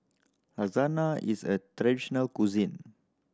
lasagna is a traditional cuisine